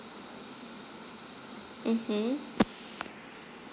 mmhmm